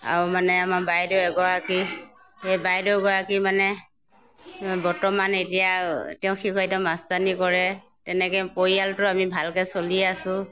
আৰু মানে আমাৰ বাইদেউ এগৰাকী সেই বাইদেউগৰাকী মানে বৰ্তমান এতিয়া তেওঁ শিক্ষয়িত্ৰী মাষ্টৰণী কৰে তেনেকৈ পৰিয়ালটো আমি ভালকৈ চলি আছোঁ